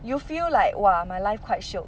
you feel like !wah! my life quite shiok